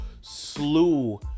slew